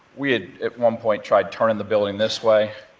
we had at one point tried turning the building this way.